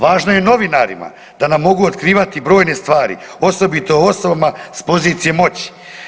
Važno je novinarima da nam mogu otkrivati brojne stvari osobito osobama s pozicije moći.